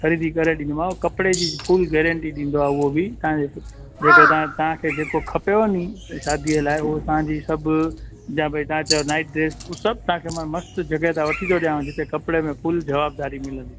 ख़रीदी करे ॾींदोमाव कपिड़े जी फुल गरेंटी ॾींदो आहे उहो बि तव्हांखे जेको तव्हां तव्हांखे जोको खपेव नि शादीअ लाइ उहा तव्हांजी सभु या भई तव्हां चयो नाइट ड्रेस उहे सभु तव्हांखे मां मस्तु जॻहि सां वठी थो ॾियांव जिथे कपिड़े में फुल ज़वाबदारी मिलंदी